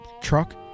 truck